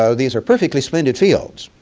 so these are perfectly splendid fields,